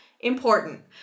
important